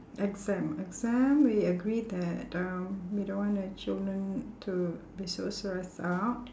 exam exam we agree that uh we don't want the children to be so stressed out